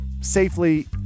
safely